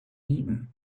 eaten